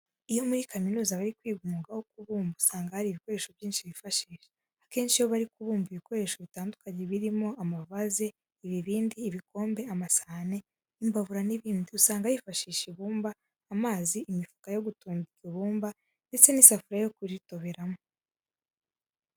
Iyo muri kaminuza bari kwiga umwuga wo kubumba usanga hari ibikoresho byinshi bifashisha. Akenshi iyo bari kubumba ibikoresho bitandukanye birimo amavaze, ibibindi, ibikombe, amasahane, imbabura n'ibindi usanga bifashisha ibumba, amazi, imifuka yo gutunda iryo bumba ndetse n'isafuriya yo kuritoberamo.